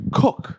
cook